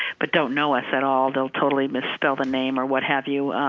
but don't know us at all. they'll totally misspell the name or what have you,